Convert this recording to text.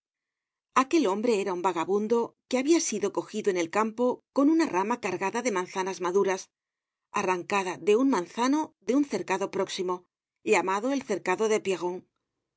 aquel hombre era un vagabundo que habia sido cogido ín el campo con una rama cargada de manzanas maduras arrancada de un manzano de un cercado próximo llamado el cercado de